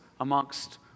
amongst